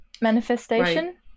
Manifestation